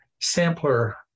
sampler